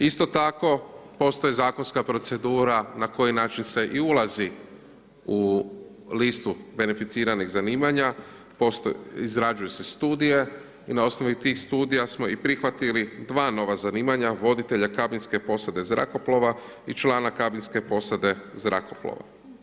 Isto tako postoji zakonska procedura na koji način se i ulazi u listu beneficiranih zanimanja, izrađuju se studije i na osnovnu tih studija smo i prihvatili 2 nova zanimanja, voditelja kabinske posade zrakoplova i člana kabinske posade zrakoplova.